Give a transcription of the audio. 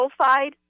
sulfide